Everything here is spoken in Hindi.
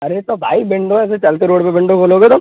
अरे तो भाई विंडो ऐसे चलती रोड पर विंडो खोलोगे तुम